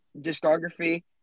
discography